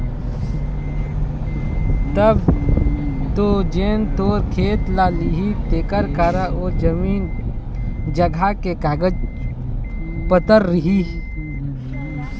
तब तो जेन तोर खेत ल लिही तेखर करा ओ जमीन जघा के कागज पतर रही